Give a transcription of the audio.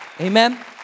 Amen